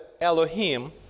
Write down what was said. Elohim